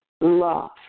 love